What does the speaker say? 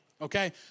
okay